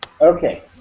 Okay